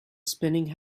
spinning